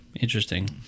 Interesting